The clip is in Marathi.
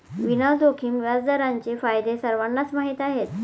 विना जोखीम व्याजदरांचे फायदे सर्वांनाच माहीत आहेत